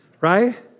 right